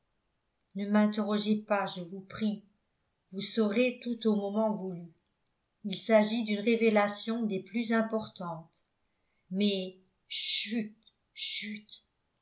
ne m'interrogez pas je vous prie vous saurez tout au moment voulu il s'agit d'une révélation des plus importantes mais chut chut